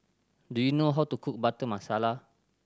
do you know how to cook Butter Masala